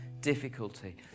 difficulty